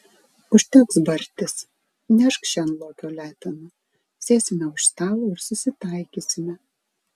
užteks bartis nešk šen lokio leteną sėsime už stalo ir susitaikysime